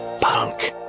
punk